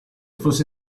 fosse